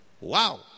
wow